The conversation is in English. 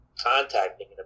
contacting